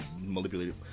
manipulated